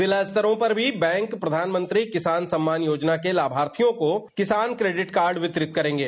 जिला स्तरों पर भी बैंक प्रधानमंत्री किसान सम्मान योजना के लाभार्थियों को किसान क्रेडिट कार्ड वितरित करेंगे